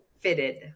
Fitted